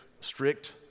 strict